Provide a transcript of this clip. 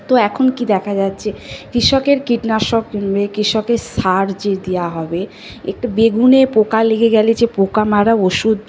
তো এখন কি দেখা যাচ্ছে কৃষকের কীটনাশক নেই কৃষকের সার যে দেওয়া হবে একটু বেগুনে পোকা লেগে গেলে যে পোকা মারা ওষুধ